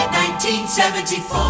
1974